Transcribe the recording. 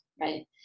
right